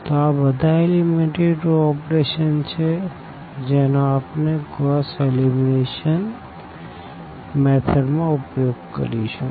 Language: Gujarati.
તો આ બધા એલિમેનટરી રો ઓપરેશન છે જેનો આપણે ગોસ એલિમિનેશન મેથડ માં ઉપયોગ કરીશું